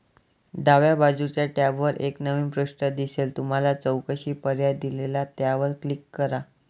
डाव्या बाजूच्या टॅबवर एक नवीन पृष्ठ दिसेल तुम्हाला चौकशी पर्याय दिसेल त्यावर क्लिक करा